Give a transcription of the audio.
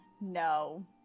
no